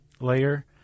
layer